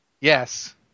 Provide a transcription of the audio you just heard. Yes